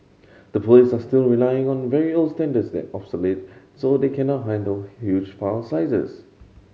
the police are still relying on very old standards that obsolete so they cannot handle huge file sizes